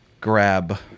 Grab